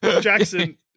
Jackson